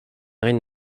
marine